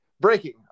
breaking